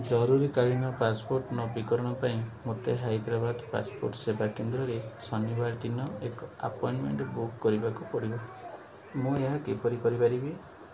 ଜରୁରୀକାଳୀନ ପାସପୋର୍ଟ ନବୀକରଣ ପାଇଁ ମୋତେ ହାଇଦ୍ରାବାଦ ପାସପୋର୍ଟ ସେବା କେନ୍ଦ୍ରରେ ଶନିବାର ଦିନ ଏକ ଆପଏଣ୍ଟମେଣ୍ଟ ବୁକ୍ କରିବାକୁ ପଡ଼ିବ ମୁଁ ଏହା କିପରି କରି ପାରିବି